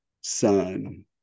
son